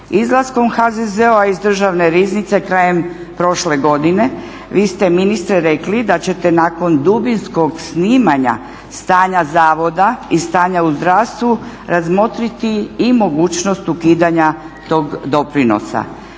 Izlaskom HZZO-a iz Državne riznice krajem prošle godine vi ste ministre rekli da ćete nakon dubinskog snimanja stanja zavoda i stanja u zdravstvu razmotriti i mogućnost ukidanja tog doprinosa.